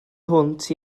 hwnt